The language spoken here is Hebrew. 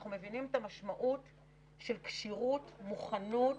אנחנו מבינים את המשמעות של כשירות ומוכנות